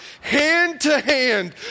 hand-to-hand